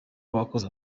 bakoze